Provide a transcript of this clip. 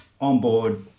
onboard